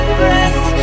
breath